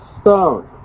stone